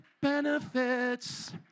benefits